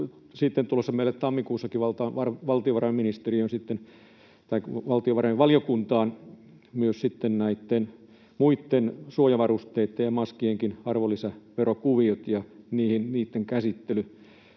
sitten tulossa tammikuussa meille valtiovarainvaliokuntaan myös näitten muitten suojavarusteitten ja maskienkin arvonlisäverokuviot ja niitten käsittely.